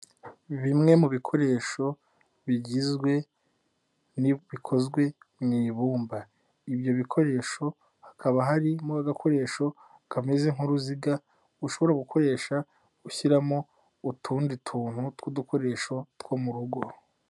Bimwe mu bikoresho bigizwe n'ibikozwe mu ibumba. Ibyo bikoresho hakaba harimo agakoresho kameze nk'uruziga, ushobora gukoresha ushyiramo utundi tuntu tw'udukoresho two mu rugo.